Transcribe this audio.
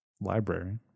library